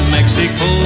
Mexico